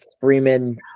Freeman